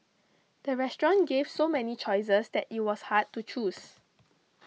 the restaurant gave so many choices that it was hard to choose